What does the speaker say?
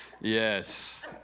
Yes